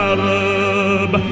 Arab